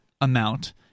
amount